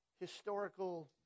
historical